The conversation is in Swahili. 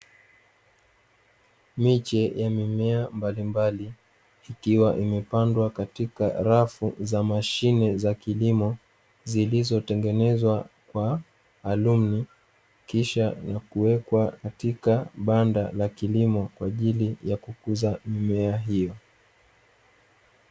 Mechi yamemea mbalimbali ikiwa imepandwa katika rafu za mashine za kilimo zilizotengenezwa kwa alumni, kisha yakuwekwa katika banda la kilimo kwa ajili ya kukuza mimea hiyo